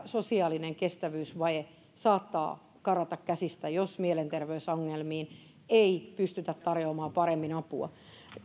sosiaalinen kestävyysvaje saattaa karata käsistä jos mielenterveysongelmiin ei pystytä tarjoamaan paremmin apua